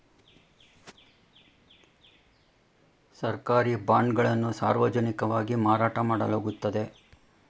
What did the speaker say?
ಸರ್ಕಾರಿ ಬಾಂಡ್ ಗಳನ್ನು ಸಾರ್ವಜನಿಕವಾಗಿ ಮಾರಾಟ ಮಾಡಲಾಗುತ್ತದೆ